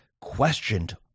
questioned